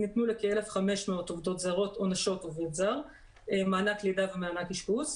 ניתנו לכ-1,500 עובדות זרות או נשות עובד זר מענק לידה ומענק אשפוז.